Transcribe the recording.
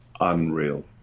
unreal